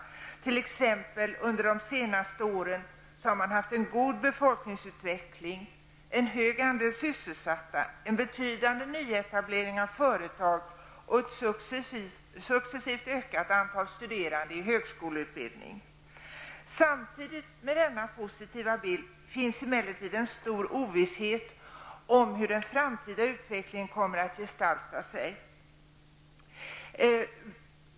Man har t.ex. under de senaste åren haft en god befolkningsutveckling, en hög andel sysselsatta, en betydande nyetablering av företag och ett successivt ökat antal studerande i högskoleutbildning. Samtidigt med denna positiva bild finns emellertid en stor ovisshet om hur den framtida utvecklingen kommer att gestalta sig.